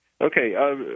Okay